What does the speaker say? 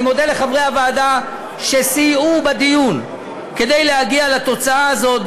אני מודה לחברי הוועדה שסייעו בדיון כדי להגיע לתוצאה הזאת,